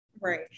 Right